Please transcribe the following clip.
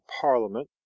Parliament